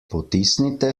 potisnite